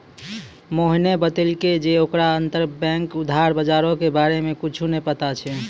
मोहने बतैलकै जे ओकरा अंतरबैंक उधार बजारो के बारे मे कुछु नै पता छै